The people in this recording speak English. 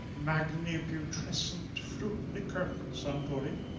magniputrescent-fruit liquor, suntory,